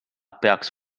peaks